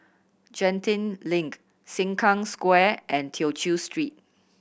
Genting Link Sengkang Square and Tew Chew Street